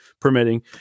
permitting